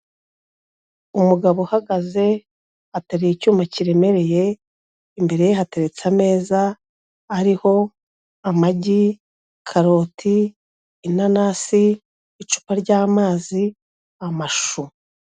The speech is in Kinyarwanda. Umugabo uhagaze ateruye icyuma kiremereye imbere ye hateretse ameza ariho amagi, karoti, inanasi, icupa ry'amazi, amashu.